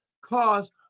cause